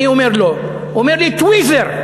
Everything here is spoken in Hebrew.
אני אומר לו, הוא אומר לי: טוויזר.